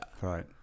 Right